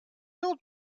old